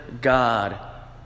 God